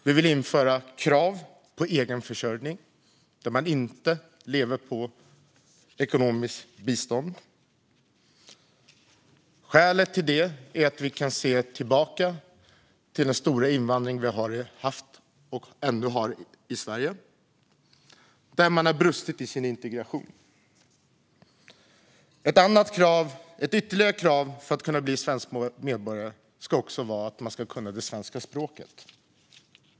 Vi vill införa krav på egen försörjning, det vill säga att man inte lever på ekonomiskt bistånd. Skälet till det är att vi kan se tillbaka på den stora invandring vi haft och ännu har i Sverige, där man har brustit i sin integration. Ett ytterligare krav för att kunna bli svensk medborgare ska vara att man ska kunna det svenska språket.